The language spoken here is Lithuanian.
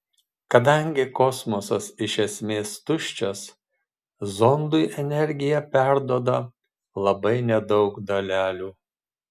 kadangi kosmosas iš esmės tuščias zondui energiją perduoda labai nedaug dalelių